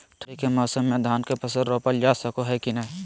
ठंडी के मौसम में धान के फसल रोपल जा सको है कि नय?